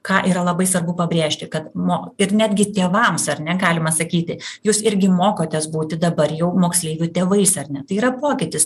ką yra labai svarbu pabrėžti kad mo ir netgi tėvams ar ne galima sakyti jūs irgi mokotės būti dabar jau moksleivių tėvais ar ne tai yra pokytis